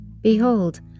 behold